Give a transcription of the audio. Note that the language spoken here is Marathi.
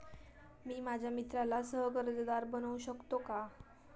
मी माझ्या मित्राला सह कर्जदार बनवू शकतो का?